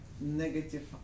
negative